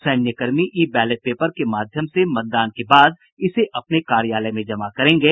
सैन्यकर्मी e ballot paper के माध्यम से मतदान के बाद इसे अपने कार्यालय में जमा करेंगे